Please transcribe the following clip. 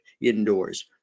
indoors